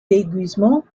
déguisement